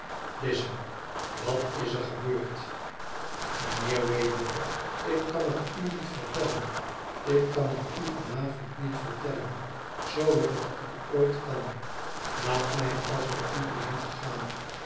wat is er gebeurd mijnheer wraybum ik kan hetu niet vertellen ik kan het uvan avond niet vertellen zoo ik het al ooit kan laat mij als t u blieft gaan